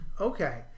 okay